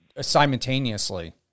simultaneously